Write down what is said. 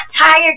tired